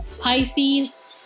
Pisces